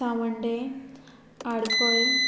सावंड्डें आडपय